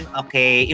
okay